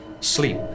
Sleep